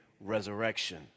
resurrection